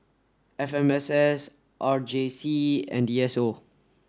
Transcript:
F M S S R J C and D S O